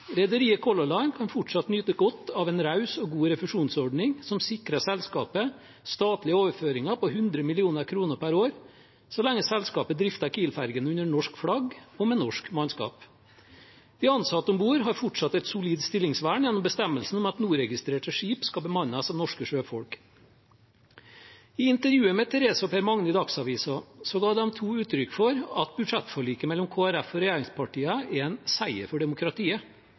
Rederiet Color Line kan fortsatt nyte godt av en raus og god refusjonsordning som sikrer selskapet statlige overføringer på 100 mill. kr per år, så lenge selskapet drifter Kiel-fergen under norsk flagg og med norsk mannskap. De ansatte om bord har fortsatt et solid stillingsvern gjennom bestemmelsen om at NOR-registrerte skip skal bemannes av norske sjøfolk. I intervjuet med Therese og Per Magne i Dagsavisen ga de to uttrykk for at budsjettforliket mellom Kristelig Folkeparti og regjeringspartiene er en seier for demokratiet.